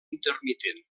intermitent